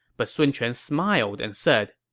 but sun quan smiled and said,